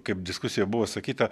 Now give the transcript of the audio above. kaip diskusijoj buvo sakyta